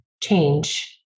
change